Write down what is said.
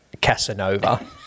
Casanova